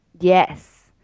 Yes